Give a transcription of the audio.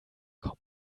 kommt